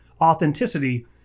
authenticity